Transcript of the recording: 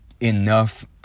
enough